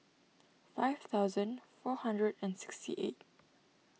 five thousand four hundred and sixty eight